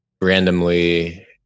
Randomly